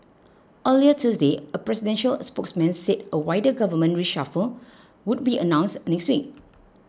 earlier Thursday a presidential spokesman said a wider government reshuffle would be announced next week